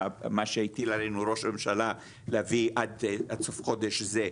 מה שהטיל עלינו ראש הממשלה להביא עד סוף חודש זה.